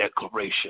declaration